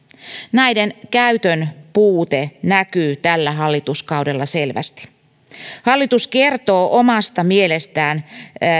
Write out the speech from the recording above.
näiden käytön puute näkyy tällä hallituskaudella selvästi hallitus kertoo omasta mielestään